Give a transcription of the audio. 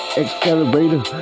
accelerator